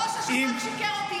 ראש השב"כ שיקר לי.